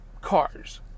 cars